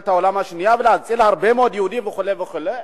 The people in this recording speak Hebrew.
העולם השנייה ולהציל הרבה מאוד יהודים וכו' וכו'.